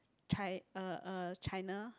chi~ uh uh China